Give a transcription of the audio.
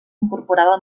incorporava